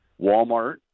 Walmart